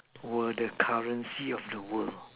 were the currency of the world